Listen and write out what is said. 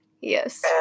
Yes